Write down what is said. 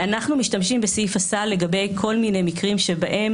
אנחנו משתמשים בסעיף הסל לגבי כל מיני מקרים שבהם